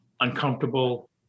uncomfortable